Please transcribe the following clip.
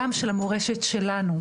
גם של המורשת שלנו,